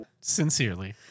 Sincerely